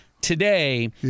today